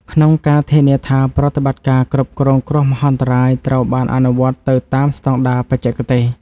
ក្នុងការធានាថាប្រតិបត្តិការគ្រប់គ្រងគ្រោះមហន្តរាយត្រូវបានអនុវត្តទៅតាមស្ដង់ដារបច្ចេកទេស។